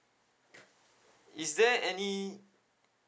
is there any